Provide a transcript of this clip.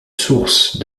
source